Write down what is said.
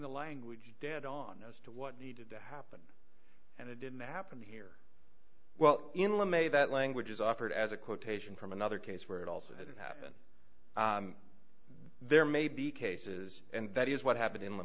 the language dead on as to what needed to happen and it didn't happen here well in limaye that language is offered as a quotation from another case where it also didn't happen there may be cases and that is what happened in